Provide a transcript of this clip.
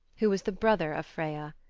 who was the brother of freya,